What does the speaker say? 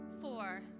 Four